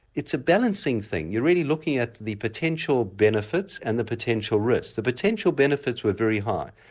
it's a balancing thing you're really looking at the potential benefits and the potential risks. the potential benefits were very high,